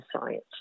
science